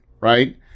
right